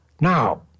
Now